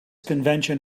convention